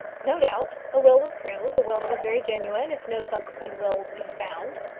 no doubt. a will was proved a will that was very genuine if no subsequent will be found.